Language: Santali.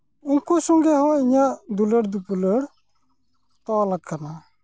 ᱩᱱᱠᱩ ᱥᱚᱸᱜᱮ ᱦᱚᱸ ᱤᱧᱟᱹᱜ ᱫᱩᱞᱟᱹᱲᱼᱫᱩᱯᱞᱟᱹᱲ ᱛᱚᱞᱟᱠᱟᱱᱟ